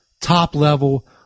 top-level